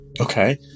Okay